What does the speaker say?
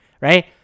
right